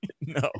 No